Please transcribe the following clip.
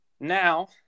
now